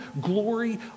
glory